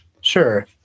Sure